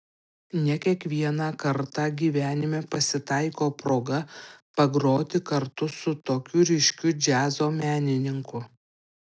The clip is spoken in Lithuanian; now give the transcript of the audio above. ne kiekvieną kartą gyvenime pasitaiko proga pagroti kartu su tokiu ryškiu džiazo menininku